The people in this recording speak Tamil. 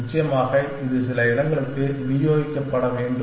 நிச்சயமாக இது சில இடங்களுக்கு விநியோகிக்கப்பட வேண்டும்